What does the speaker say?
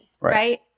right